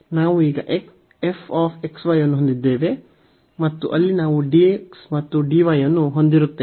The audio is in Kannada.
ನಾವು ಈಗ f x y ಅನ್ನು ಹೊಂದಿದ್ದೇವೆ ಮತ್ತು ಅಲ್ಲಿ ನಾವು dx ಮತ್ತು dy ಅನ್ನು ಹೊಂದಿರುತ್ತೇವೆ